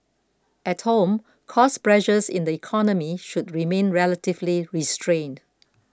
at home cost pressures in the economy should remain relatively restrained